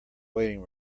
waiting